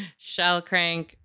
Shellcrank